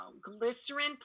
Glycerin